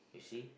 you see